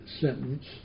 sentence